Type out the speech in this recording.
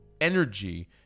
energy